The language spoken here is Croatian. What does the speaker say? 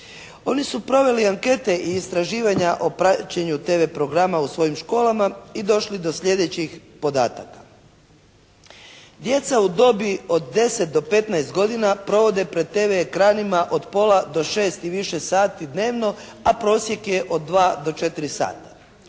Oni su proveli ankete i istraživanja o praćenju TV programa u svojim školama i došli do slijedećih podataka. Djeca u dobi od 10 do 15 godina provode pred TV ekranima od pola do šest i više sati dnevno a prosjek je od 2 do 4 sata.